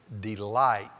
delight